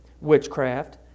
witchcraft